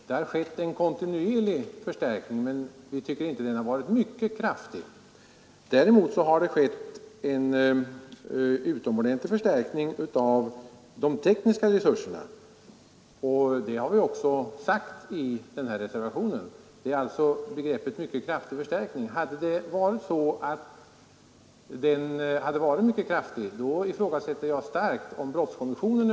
Det har skett en kontinuerlig förstärkning, men vi tycker SATA TA (SER Däremot har det skett en utomordentlig förstärkning av de tekniska förstärkningarna hade varit mycket kraftiga, så ifrå brottskommissionen över huvud taget hade kommit till och att vi den resurserna, och det har vi också sagt i reservationen.